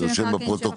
אוקיי, תקריאי את החוק.